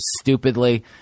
stupidly